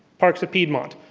parks at piedmont,